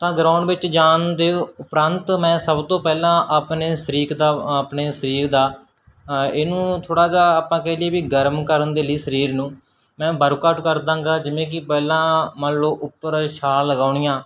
ਤਾਂ ਗਰਾਊਂਡ ਵਿੱਚ ਜਾਣ ਦੇ ਉਪਰੰਤ ਮੈਂ ਸਭ ਤੋਂ ਪਹਿਲਾਂ ਆਪਣੇ ਸਰੀਰ ਦਾ ਆਪਣੇ ਸਰੀਰ ਦਾ ਇਹਨੂੰ ਥੋੜ੍ਹਾ ਜਿਹਾ ਆਪਾਂ ਕਹਿ ਲਈਏ ਵੀ ਗਰਮ ਕਰਨ ਦੇ ਲਈ ਸਰੀਰ ਨੂੰ ਮੈਂ ਵਰਕੋ ਆਊਟ ਕਰਦਾ ਹੈਗਾ ਜਿਵੇਂ ਕਿ ਪਹਿਲਾਂ ਮੰਨ ਲਓ ਉੱਪਰ ਛਾਲ ਲਗਾਉਣੀ ਆ